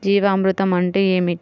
జీవామృతం అంటే ఏమిటి?